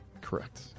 correct